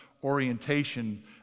orientation